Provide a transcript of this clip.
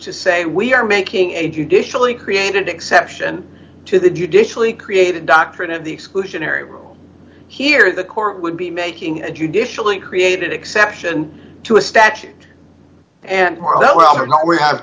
to say we are making a judicially created exception to the judicially created doctrine of the exclusionary rule here the court would be making a judicially created exception to a statute and well or not we have